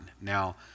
Now